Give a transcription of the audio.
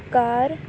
ਕਰ